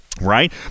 right